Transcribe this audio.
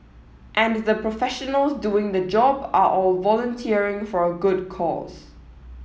and the professionals doing the job are all volunteering for a good cause